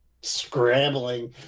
scrambling